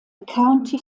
county